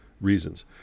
reasons